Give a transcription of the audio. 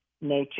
nature